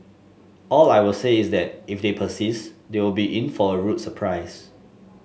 all I will say is that if they persist they will be in for a rude surprise